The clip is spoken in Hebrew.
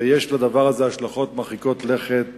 ויש לדבר הזה השלכות מרחיקות לכת